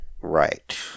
Right